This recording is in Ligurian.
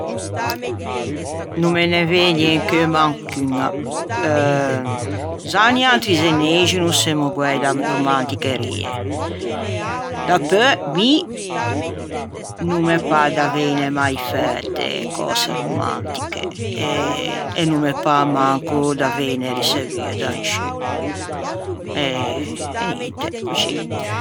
No me ne vëgne in cheu manc'uña. Za noiatri zeneixi no semmo guæi da romanticherie dapeu mi no me pâ d'aveine mai fæte cöse romantiche e e no me pâ manco d'aveine riçevue da nisciun e e ninte, coscì